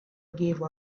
gave